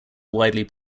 widely